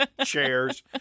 Chairs